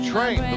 Train